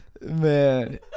Man